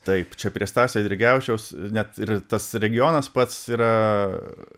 taip čia prie stasio eidrigevičiaus net ir tas regionas pats yra